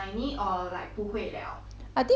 I think 不会 bah cause I never try before